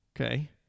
Okay